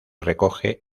recoge